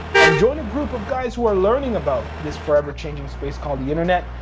and join a group of guys who are learning about this forever changing space called the internet.